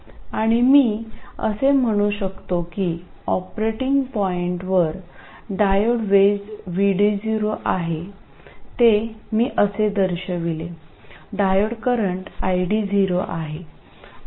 आणि मी असे म्हणू शकतो की ऑपरेटिंग पॉईंटवर डायोड वेज VD0 आहे ते मी असे दर्शविले डायोड करंट ID0 आहे